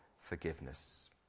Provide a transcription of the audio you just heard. forgiveness